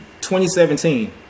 2017